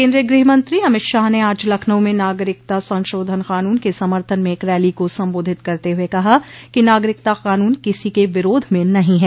केन्द्रीय गृहमंत्री अमित शाह ने आज लखनऊ में नागरिकता संशोधन कानून के समर्थन में एक रैली को संबोधित करते हुए कहा कि नागरिकता कानून किसी के विरोध में नहीं है